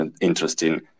interesting